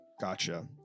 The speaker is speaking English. gotcha